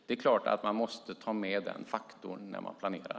Det är klart att den faktorn måste tas med när man planerar.